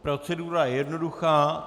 Procedura je jednoduchá.